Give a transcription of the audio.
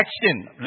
action